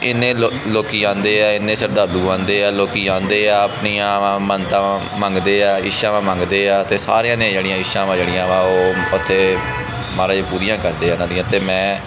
ਇੰਨੇ ਲੋਕ ਲੋਕ ਆਉਂਦੇ ਹੈ ਇੰਨੇ ਸ਼ਰਧਾਲੂ ਆਉਂਦੇ ਆ ਲੋਕ ਆਉਂਦੇ ਆ ਆਪਣੀਆਂ ਮੰਨਤਵਾਂ ਮੰਗਦੇ ਹੈ ਇੱਛਾਵਾਂ ਮੰਗਦੇ ਆ ਅਤੇ ਸਾਰਿਆਂ ਨੇ ਜਿਹੜੀਆਂ ਇੱਛਾਵਾਂ ਜਿਹੜੀਆਂ ਵਾ ਉਹ ਓਥੇ ਮਹਾਰਾਜ ਪੂਰੀਆਂ ਕਰਦੇ ਹੈ ਉਨ੍ਹਾਂ ਦੀਆਂ ਅਤੇ ਮੈਂ